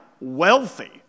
wealthy